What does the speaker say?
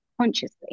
consciously